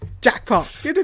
Jackpot